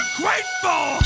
grateful